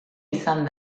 izan